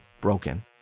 broken